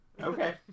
Okay